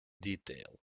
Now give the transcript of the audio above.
detail